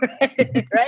right